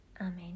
amen